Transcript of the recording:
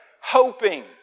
hoping